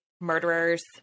murderers